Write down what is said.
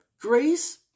grace